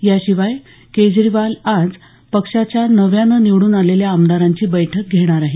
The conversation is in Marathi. याशिवाय केजरीवाल आज पक्षाच्या नव्यानं निवडून आलेल्या आमदारांची बैठक घेणार आहेत